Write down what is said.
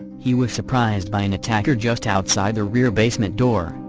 he was surprised by an attacker just outside the rear basement door,